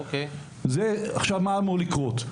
מה אמור לקרות?